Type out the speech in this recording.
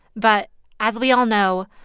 but as we all know,